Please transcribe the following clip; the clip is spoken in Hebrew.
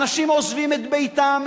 אנשים עוזבים את ביתם,